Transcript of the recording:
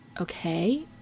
okay